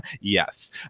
Yes